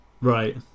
Right